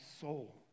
soul